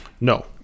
No